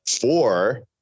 four